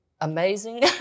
amazing